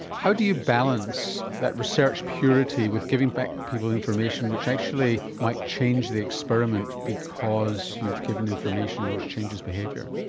how do you balance that research purity with giving back people information which actually might change the experiment because you've given information which changes behaviour?